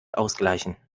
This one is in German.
ausgleichen